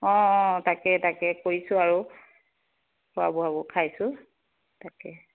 অ' অ' তাকে তাকে কৰিছোঁ আৰু খোৱা বোৱাবোৰ খাইছোঁ